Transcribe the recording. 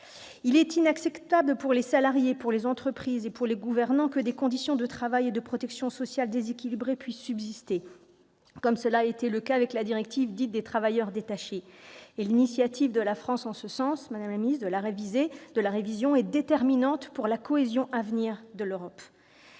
Il est inacceptable pour les salariés, les entreprises et les gouvernants que des conditions de travail et de protection sociale déséquilibrées puissent subsister, comme cela a été le cas avec la directive dite « Travailleurs détachés ». L'initiative de la France de la réviser est déterminante pour la cohésion à venir de l'Europe.